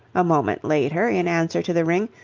a moment later, in answer to the ring,